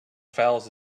fouls